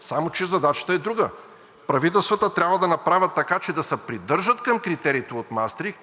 Само че задачата е друга! Правителствата трябва да направят така, че да се придържат към критериите от Маастрихт,